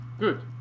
good